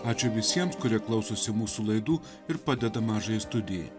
ačiū visiems kurie klausosi mūsų laidų ir padeda mažąjai studijai